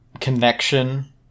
connection